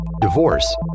divorce